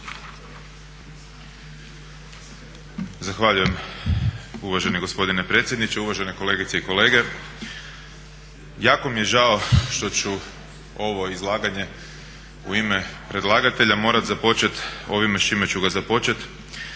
Zahvaljujem uvaženi gospodine predsjedniče. Uvaženi kolegice i kolege. Jako mi je žao što ću ovo izlaganje u ime predlagatelja ovime započeti ovime s čime ću ga započeti,